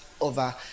over